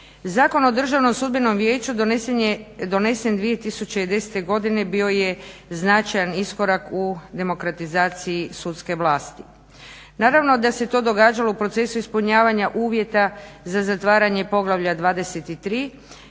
Zakon o Državnom sudbenom vijeću donesen 2010.godine bio je značajan iskorak u demokratizaciji sudske vlasti. naravno da se to događalo u procesu ispunjavanja uvjeta za zatvaranje poglavlja 23 kada